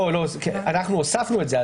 אנחנו הוספנו את זה.